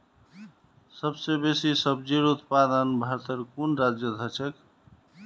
सबस बेसी सब्जिर उत्पादन भारटेर कुन राज्यत ह छेक